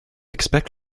expect